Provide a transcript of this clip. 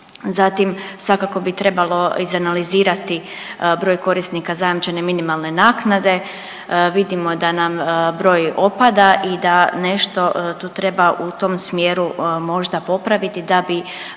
zatim svakako bi trebalo izanalizirati broj korisnika zajamčene minimalne naknade, vidimo da nam broj opada i da nešto tu treba u tom smjeru možda popraviti da bi